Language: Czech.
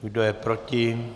Kdo je proti?